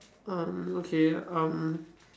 um okay um